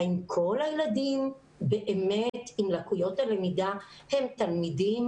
האם כל הילדים באמת עם לקויות הלמידה הם תלמידים